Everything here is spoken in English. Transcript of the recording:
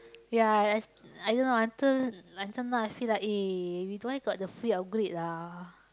ya I I I don't know until until now I feel like eh we don't have the free upgrade lah